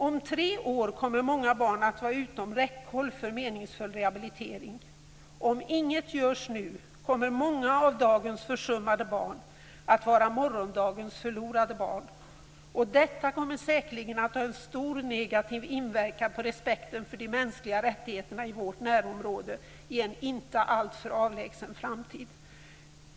Om tre år kommer många barn att vara utom räckhåll för meningsfull rehabilitering. Om inget görs nu, kommer många av dagens försummade barn att vara morgondagens förlorade barn. Och detta kommer säkerligen att ha en stor negativ inverkan på respekten för de mänskliga rättigheterna i vårt närområde i en inte alltför avlägsen framtid.